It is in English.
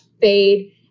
fade